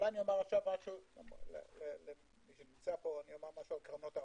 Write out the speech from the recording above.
אומר משהו על קרנות העושר,